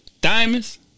Diamonds